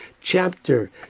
chapter